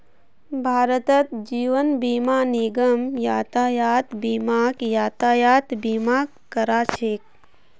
भारतत जीवन बीमा निगम यातायात बीमाक यातायात बीमा करा छेक